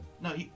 No